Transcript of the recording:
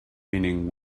meaning